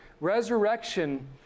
Resurrection